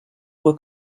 were